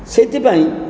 ସେଇଥିପାଇଁ